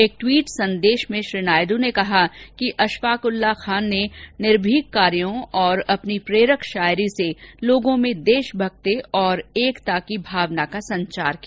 एक ट्वीट संदेश में श्री नायडु ने कहा कि अशफाक उल्लाह खान ने निर्भीक कार्यों और अपनी प्रेरक शायरी से लोगों में देशभक्ति और एकता की भावना का संचार किया